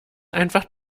einfach